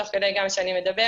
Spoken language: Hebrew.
תוך כדי גם שאני מדברת,